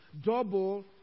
double